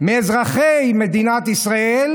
מאזרחי מדינת ישראל,